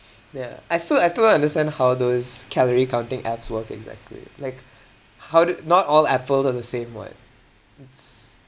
yeah I still I still don't understand how those calorie counting apps work exactly like how do not all apples are the same [what] it's